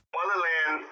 Motherland